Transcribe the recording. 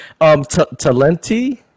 Talenti